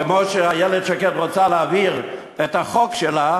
כמו שאיילת שקד רוצה להעביר את החוק שלה